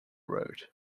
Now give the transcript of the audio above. road